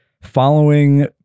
following